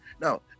now